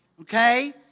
okay